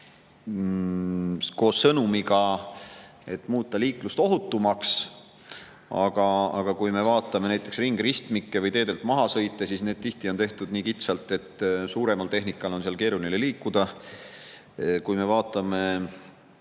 et [tahetakse] muuta liiklus ohutumaks. Aga kui me vaatame näiteks ringristmikke ja teedelt mahasõite, siis need tihti on tehtud nii kitsad, et suuremal tehnikal on seal keeruline liikuda. Kui me vaatame,